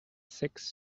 six